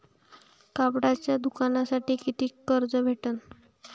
कापडाच्या दुकानासाठी कितीक कर्ज भेटन?